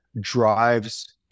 drives